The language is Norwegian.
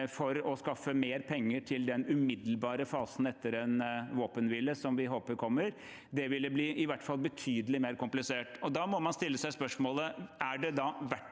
for å skaffe mer penger til den umiddelbare fasen etter en våpenhvile, som vi håper kommer. Det ville i hvert fall bli betydelig mer komplisert. Da må man stille seg spørsmålet: Er det da verdt